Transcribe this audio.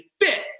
fit